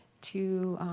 to